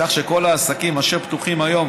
כך שכל העסקים אשר פתוחים היום